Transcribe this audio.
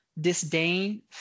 disdain